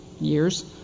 years